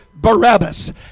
Barabbas